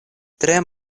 tre